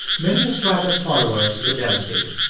many of swaggart's followers were devastated,